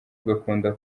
ugakunda